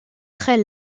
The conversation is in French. très